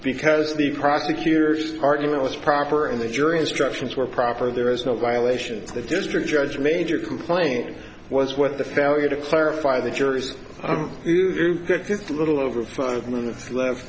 because the prosecutors argue it was proper and the jury instructions were proper there was no violation to the district judge major complaining was what the failure to clarify the jurors a little over five minutes left